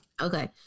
Okay